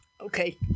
Okay